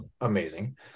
Amazing